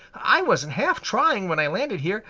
i wasn't half trying when i landed here.